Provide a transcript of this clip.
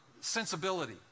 sensibility